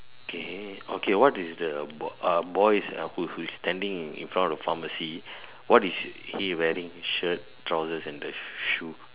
okay okay what is the ah boy's ah who who is standing in front of the pharmacy what is he wearing shirt trouser and the shoes